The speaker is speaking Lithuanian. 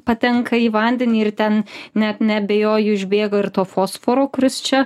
patenka į vandenį ir ten net neabejoju išbėgo ir to fosforo kuris čia